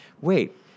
wait